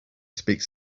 speaks